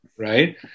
Right